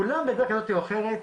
כולם בדרך כזו או אחרת,